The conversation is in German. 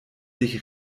sich